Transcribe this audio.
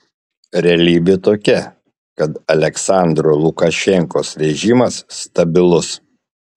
realybė tokia kad aliaksandro lukašenkos režimas stabilus